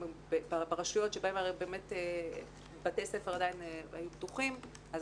ברשויות שבהן בתי ספר עדיין היו פתוחים אנחנו